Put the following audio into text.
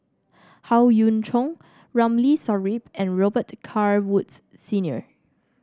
Howe Yoon Chong Ramli Sarip and Robet Carr Woods Senior